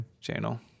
channel